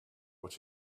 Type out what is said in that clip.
which